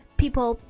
people